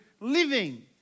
living